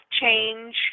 change